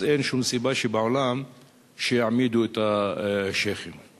אז אין שום סיבה שבעולם שיעמידו את השיח'ים לדין.